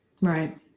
Right